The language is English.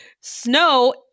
Snow